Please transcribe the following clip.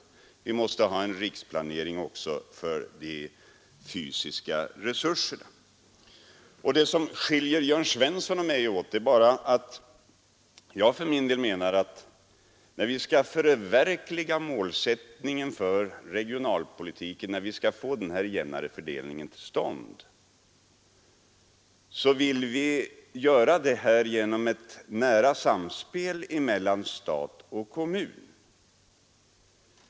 Vi måste ha en riksplanering också för de fysiska resurserna. Det som skiljer Jörn Svensson och mig åt är att jag för min del menar att när vi skall förverkliga målsättningen för regionalpolitiken, när vi skall få den här jämnare fördelningen till stånd, så skall vi göra detta genom ett nära samspel mellan stat och kommun.